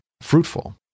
fruitful